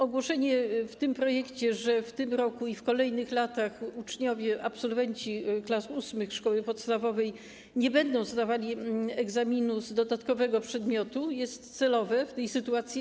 Ogłoszenie w tym projekcie, że w tym roku i w kolejnych latach uczniowie, absolwenci klas VIII szkoły podstawowej nie będą zdawali egzaminu z dodatkowego przedmiotu, jest celowe w tej sytuacji.